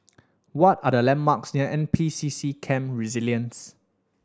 what are the landmarks near N P C C Camp Resilience